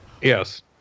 Yes